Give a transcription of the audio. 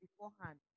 beforehand